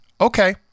okay